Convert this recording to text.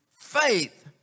faith